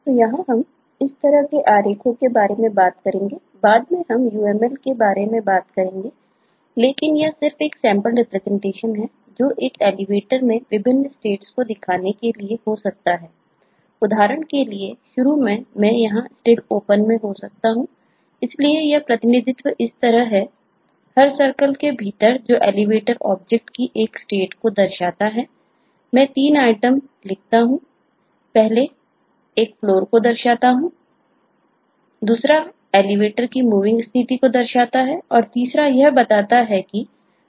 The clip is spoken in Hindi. तो यहां हम इस तरह के आरेखों के बारे में बात करेंगे बाद में हम UML के बारे में बात करेंगे लेकिन यह सिर्फ एक सैंपल रिप्रेजेंटेशन लिखता हूं पहले एक Floor को दर्शाता हैदूसरा Elevator की Moving स्थिति को दर्शाता है और तीसरा यह बताता है कि Door की स्थिति क्या है